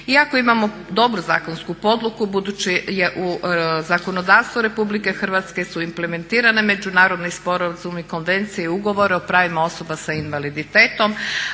iako imamo dobru zakonsku podlogu budući u zakonodavstvu RH su implementirani međunarodni sporazumi, konvencije i ugovori o pravima osoba sa invaliditetom